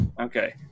Okay